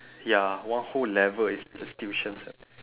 ya one whole level is just tuition centre